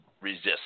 resist